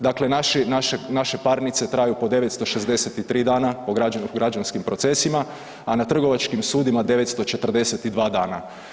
Dakle, naši, naše parnice traju po 963 dana u građanskim procesima, a na trgovačkim sudovima 942 dana.